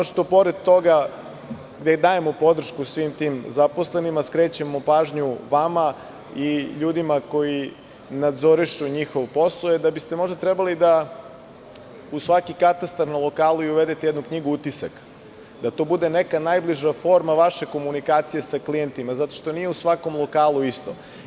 Dajući podršku svim tim zaposlenima, skrećemo pažnju vama i ljudima koji nadzorišu njihov posao je da biste možda trebali da u svaki katastar na lokalu uvedete i jednu knjigu utisaka, da to bude neka najbliža forma vaše komunikacije sa klijentima, zato što nije u svakom lokalu isto.